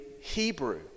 Hebrew